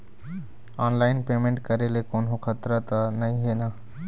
Online payment करे ले कोन्हो खतरा त नई हे न?